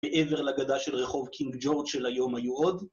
מעבר לגדה של רחוב קינג ג'ורג של היום היו עוד.